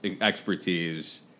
expertise